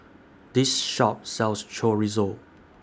This Shop sells Chorizo